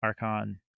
Archon